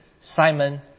Simon